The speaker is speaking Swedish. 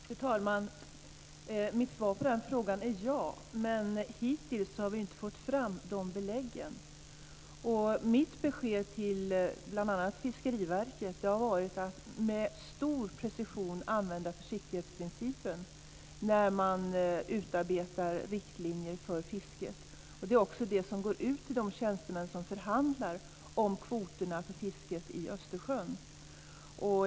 Fru talman! Mitt svar på den frågan är ja. men hittills har vi inte fått fram sådana belägg. Mitt besked till bl.a. Fiskeriverket har varit att man med stor precision ska använda försiktighetsprincipen när man utarbetar riktlinjer för fisket. Det är också det som går ut till de tjänstemän som förhandlar om kvoterna för fisket i Östersjön.